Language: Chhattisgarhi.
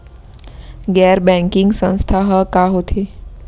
गैर बैंकिंग संस्था ह का होथे?